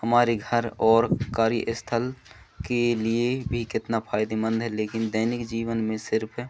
हमारे घर और कार्य स्थल के लिए भी कितना फायदेमंद है लेकिन दैनिक जीवन में सिर्फ